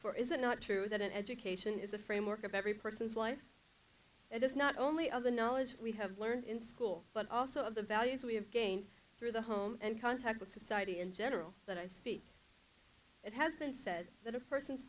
for is it not true that education is a framework of every person's life it is not only of the knowledge we have learned in school but also of the values we have gained through the home and contact with society in general that i speak it has been said that a person's